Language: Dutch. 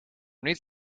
niet